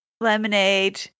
lemonade